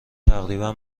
تقریبا